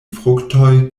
fruktoj